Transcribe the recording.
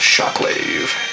Shockwave